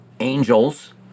Angels